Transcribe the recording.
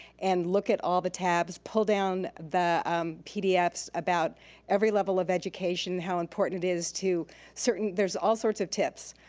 and look at all the tabs, pull down the pdfs about every level of education, how important it is to certain, there's all sorts of tips.